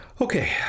Okay